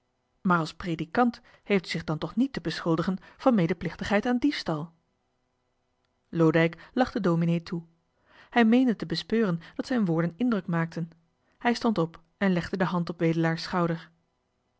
maar als predikant heeft u zich dan toch niet te beschuldigen van medeplichtigheid aan diefstal loodijck lachte dominee toe hij meende te bespeuren dat zijn woorden indruk maakten hij stond op en legde de hand op wedelaar's schouder